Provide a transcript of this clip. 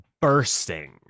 bursting